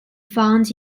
found